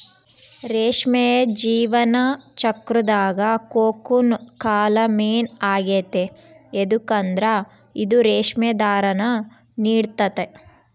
ರೇಷ್ಮೆಯ ಜೀವನ ಚಕ್ರುದಾಗ ಕೋಕೂನ್ ಕಾಲ ಮೇನ್ ಆಗೆತೆ ಯದುಕಂದ್ರ ಇದು ರೇಷ್ಮೆ ದಾರಾನ ನೀಡ್ತತೆ